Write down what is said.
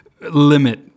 limit